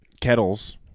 Kettles